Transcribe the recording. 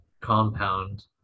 compound